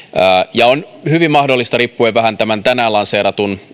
on hyvin mahdollista riippuen vähän tänään lanseeratun